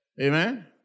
Amen